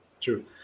True